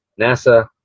NASA